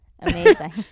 Amazing